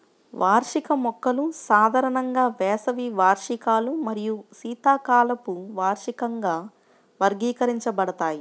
వార్షిక మొక్కలు సాధారణంగా వేసవి వార్షికాలు మరియు శీతాకాలపు వార్షికంగా వర్గీకరించబడతాయి